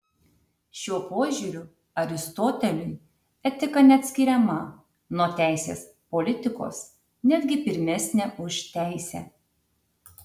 šiuo požiūriu aristoteliui etika neatskiriama nuo teisės politikos netgi pirmesnė už teisę